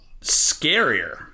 scarier